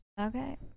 okay